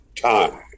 time